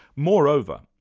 moreover,